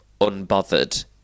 unbothered